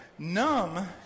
Numb